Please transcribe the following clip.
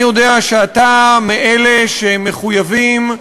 אני יודע שאתה מאלה שמחויבים,